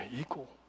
equal